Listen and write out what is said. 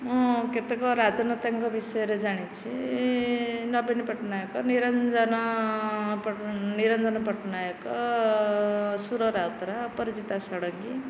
ମୁଁ କେତେକ ରାଜନେତାଙ୍କ ବିଷୟରେ ଜାଣିଛି ନବୀନ ପଟ୍ଟନାୟକ ନିରଞ୍ଜନ ନିରଞ୍ଜନ ପଟ୍ଟନାୟକ ସୁର ରାଉତରାୟ ଅପରାଜିତା ଷଡ଼ଙ୍ଗୀ